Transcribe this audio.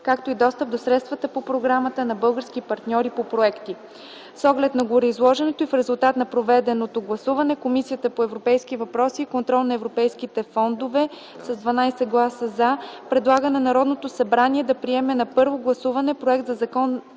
както и достъп до средствата по програмата на български партньори по проекти. С оглед на гореизложеното и в резултат на проведеното гласуване Комисията по европейските въпроси и контрол на европейските фондове с 12 гласа „за” предлага на Народното събрание да приеме на първо гласуване проект на Закон